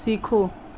सीखो